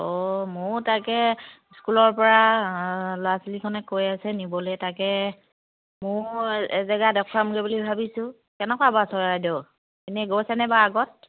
অঁ মইও তাকে স্কুলৰ পৰা ল'ৰা ছোৱালীখনে কৈ আছে নিবলৈ তাকে মইও এজেগা দেখুৱামগৈ বুলি বুলি ভাবিছোঁ কেনেকুৱা বাৰু চৰাইদেউ এনেই গৈছেনে বাৰু আগত